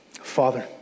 Father